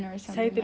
ya